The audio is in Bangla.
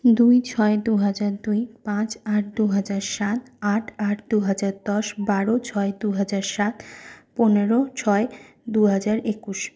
দুই ছয় দু হাজার দুই পাঁচ আট দু হাজার সাত আট আট দু হাজার দশ বারো ছয় দু হাজার সাত পনেরো ছয় দু হাজার একুশ